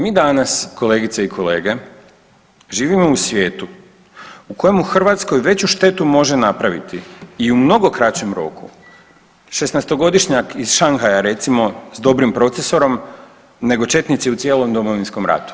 Mi danas kolegice i kolega živimo u svijetu u kojem Hrvatskoj veću štetu može napraviti i u mnogo kraćem roku 16-togodišnjak iz Shanghaia recimo s dobrim procesorom nego četnici u cijelom Domovinskom ratu.